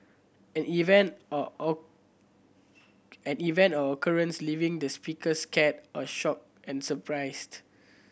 an event or or and event or occurrence leaving the speakers scared or shocked and surprised